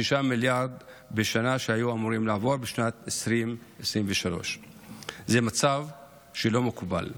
מיליארד בשנה שהיו אמורים לעבור בשנת 2023. זה מצב שלא מקובל.